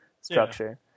structure